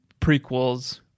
prequels